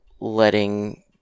letting